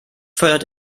fördert